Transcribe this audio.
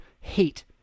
hate